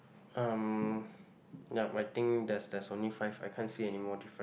um yup I think there's there's only five I can't see any more different